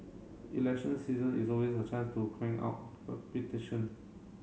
election season is always a chance to crank out for